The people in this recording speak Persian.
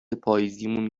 پاییزیمون